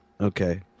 Okay